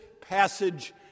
passage